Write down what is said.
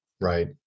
right